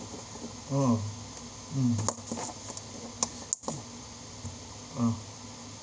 oh mm uh